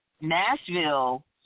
Nashville